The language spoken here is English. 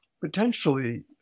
potentially